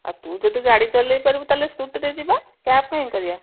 ଆଉ ତୁ ଯଦି ଗାଡ଼ି ଚଲାଇପାରିବୁ ତା'ହେଲେ ସ୍କୁଟିରେ ଯିବା କ୍ୟାବ୍ କାହିଁକି କରିବା